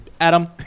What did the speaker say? Adam